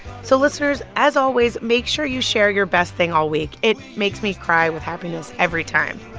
so listeners, as always, make sure you share your best thing all week. it makes me cry with happiness every time.